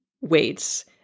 weights